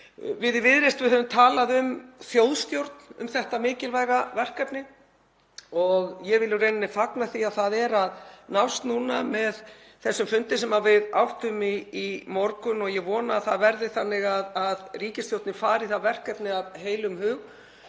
Við í Viðreisn höfum talað um þjóðstjórn um þetta mikilvæga verkefni og ég vil í rauninni fagna því að það er að nást núna með þessum fundi sem við áttum í morgun. Ég vona að það verði þannig að ríkisstjórnin fari í það verkefni af heilum hug